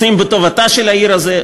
רוצים בטובתה של העיר הזאת,